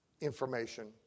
information